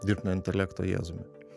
dirbtinio intelekto jėzumi